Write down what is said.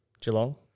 Geelong